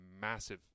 massive